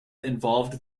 involved